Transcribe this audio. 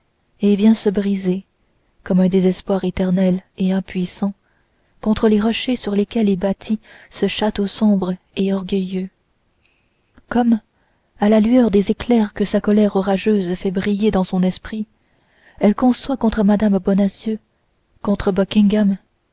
et vient se briser comme un désespoir éternel et impuissant contre les rochers sur lesquels est bâti ce château sombre et orgueilleux comme à la lueur des éclairs que sa colère orageuse fait briller dans son esprit elle conçoit contre mme bonacieux